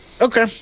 Okay